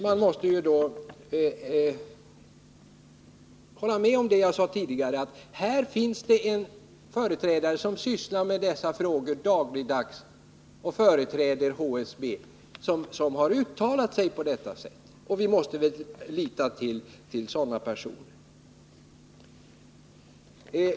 Man måste ju då hålla med om det jag sade tidigare, nämligen att här finns en företrädare för HSB som sysslar med dessa frågor dagligdags och som har uttalat sig på det sätt som jag redogjorde för. Vi måste väl lita på sådana personer.